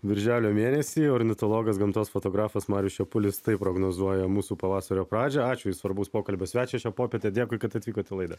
birželio mėnesį ornitologas gamtos fotografas marius čepulis taip prognozuoja mūsų pavasario pradžią ačiū svarbaus pokalbio svečiui šią popietę dėkui kad atvykot į laidą